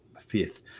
fifth